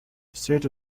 state